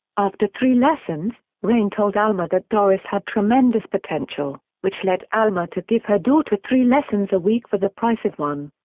after three lessons, raine told alma that doris had tremendous potential, which led alma to give her daughter three lessons a week for the price of one.